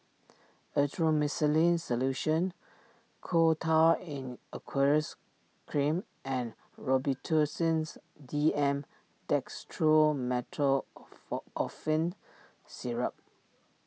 Erythroymycin Solution Coal Tar in Aqueous Cream and Robitussins D M Syrup